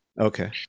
Okay